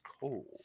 cold